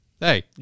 Hey